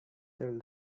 tell